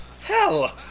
Hell